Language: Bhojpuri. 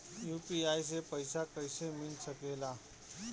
यू.पी.आई से पइसा कईसे मिल सके ला?